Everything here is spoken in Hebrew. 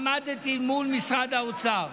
עמדתי מול משרד האוצר.